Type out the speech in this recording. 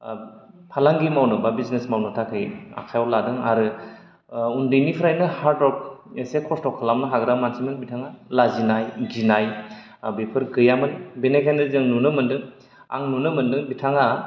ओ फालांगि मावनो बा बिजिनेस मावनो थाखाय आखायाव लादों आरो उन्दैनिफ्रायनो हार्डवर्क एसे खस्थ खालामनो हाग्रा मानसिमोन बिथाङा लाजिनाय गिनाय ओ बेफोर गैयामोन बेनिखायनो जों नुनो मोनदों आं नुनो मोनदों बिथाङा